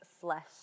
flesh